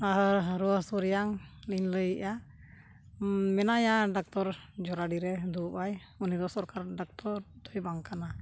ᱟᱨ ᱨᱩᱣᱟᱹ ᱦᱟᱹᱥᱩ ᱨᱮᱭᱟᱜ ᱤᱧ ᱞᱟᱹᱭᱮᱜᱼᱟ ᱢᱮᱱᱟᱭᱟ ᱰᱟᱠᱛᱚᱨ ᱡᱚᱨᱟᱰᱤ ᱨᱮ ᱫᱩᱲᱩᱵᱼᱟᱭ ᱩᱱᱤᱫᱚ ᱥᱚᱨᱠᱟᱨ ᱰᱟᱠᱛᱚᱨ ᱫᱚᱭ ᱵᱟᱝ ᱠᱟᱱᱟ